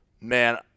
man